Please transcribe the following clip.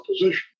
opposition